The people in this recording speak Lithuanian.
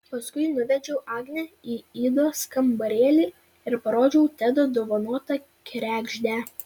paskui nuvedžiau agnę į idos kambarėlį ir parodžiau tedo dovanotą kregždę